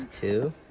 two